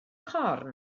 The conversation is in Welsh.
corn